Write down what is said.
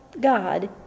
God